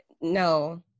No